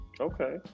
Okay